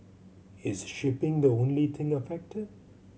is shipping the only thing affected